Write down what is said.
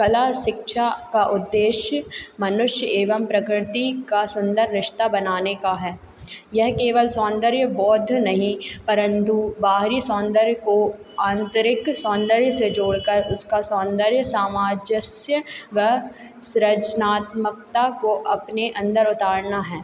कला शिक्षा का उद्देश्य मनुष्य एवम प्रकृति का सुन्दर रिश्ता बनाने का है यह केवल सौन्दर्य बोध नहीं परन्तु बाहरी सौन्दर्य को आंतरिक सौन्दर्य से जोड़कर उसका सौन्दर्य समंजस्य व संरचनात्मकता को अपने अंदर उतारना है